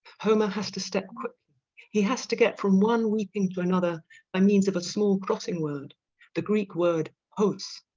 homer has to step quickly he has to get from one weeping to another by means of a small crossing word the greek word os